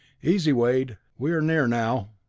easy, wade. we are near now.